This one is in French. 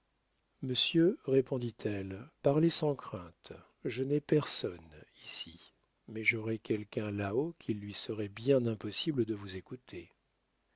monsieur répondit-elle parlez sans crainte je n'ai personne ici mais j'aurais quelqu'un là-haut qu'il lui serait bien impossible de vous écouter